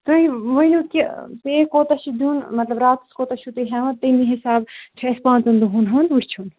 تُہۍ ؤنِو کہِ پے کوتاہ چھُ دیُن مطلب راتَس کوتاہ چھُو تُہۍ ہیٚوان تمے حِساب چھُ اَسہِ پانٛژَن دۄہَن ہُنٛد وُچھُن